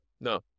no